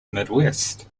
midwest